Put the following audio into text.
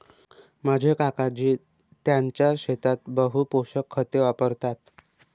माझे काकाजी त्यांच्या शेतात बहु पोषक खते वापरतात